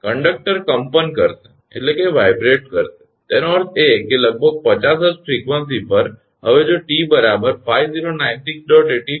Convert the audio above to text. conductor કંપન કરશે તેનો અર્થ એ કે લગભગ 50 𝐻𝑧 ફ્રિકવંશી પર હવે જો 𝑇 5096